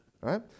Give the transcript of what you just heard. right